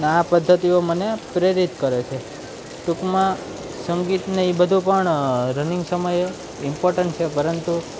ને આ પદ્ધતિઓ મને પ્રેરિત કરે છે ટૂંકમાં સંગીત ને એ બધું પણ રનિંગ સમયે ઇમ્પોર્ટન્ટ છે પરંતુ